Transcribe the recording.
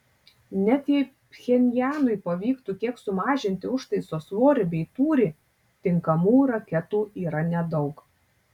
net jei pchenjanui pavyktų kiek sumažinti užtaiso svorį bei tūrį tinkamų raketų yra nedaug